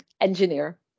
engineer